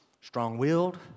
strong-willed